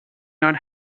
not